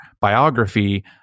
biography